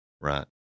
Right